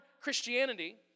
Christianity